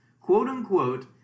quote-unquote